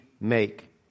make